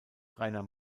rainer